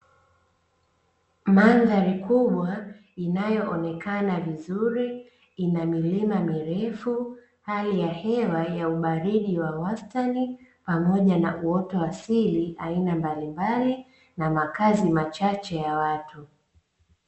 Mandhari kubwa inayoonekana vizuri ina milima mirefu, hali ya hewa ya ubaridi wa wastani pamoja na uoto wa asili aina mbalimbali, na makazi machache ya watu.